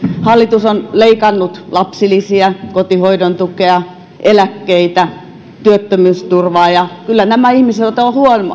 hallitus on leikannut lapsilisiä kotihoidon tukea eläkkeitä työttömyysturvaa ja kyllä nämä ihmiset ovat